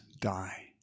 die